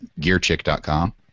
GearChick.com